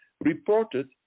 reported